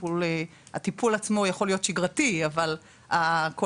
הטיפול עצמו יכול להיות שגרתי אבל כל